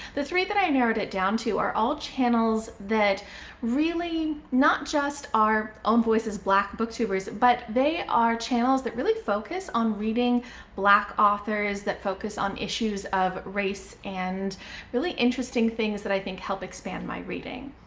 the three that i narrowed it down to are all channels that really. not just are own voices black booktubers, but they are channels that really focus on reading black authors, that focus on issues of race and really interesting things that i think help expand my reading.